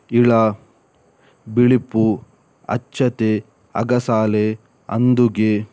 ಇಳಾ ಬಿಳಿಪು ಅಚ್ಚತೆ ಅಗಸಾಲೆ ಅಂದುಗೆ